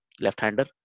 left-hander